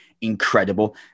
incredible